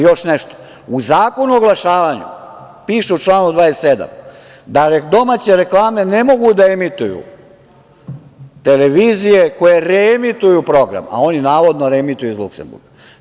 Još nešto, u Zakonu o oglašavanju, piše u članu 27, da domaće reklame ne mogu da emituju televizije koje reemituju program, a oni navodno reemituju iz Luksemburga.